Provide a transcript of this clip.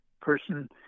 person